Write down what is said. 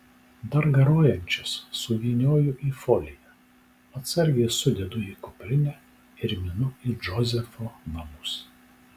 dar garuojančias suvynioju į foliją atsargiai sudedu į kuprinę ir minu į džozefo namus